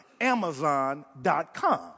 Amazon.com